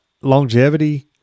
longevity